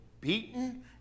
beaten